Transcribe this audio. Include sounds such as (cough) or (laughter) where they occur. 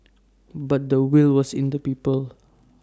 (noise) but the will was in the people